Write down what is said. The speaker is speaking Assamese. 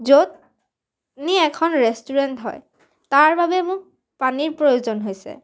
য'ত নি এখন ৰেষ্টুৰেণ্ট হয় তাৰ বাবে মোক পানীৰ প্ৰয়োজন হৈছে